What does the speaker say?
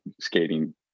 skating